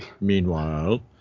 meanwhile